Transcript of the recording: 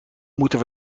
moeten